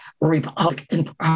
Republican